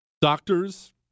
doctors